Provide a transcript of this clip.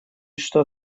что